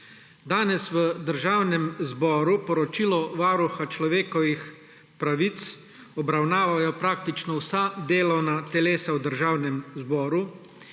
Danes v Državnem zboru poročilo Varuha človekovih pravic obravnavajo praktično vsa delovna telesa v Državnem zboru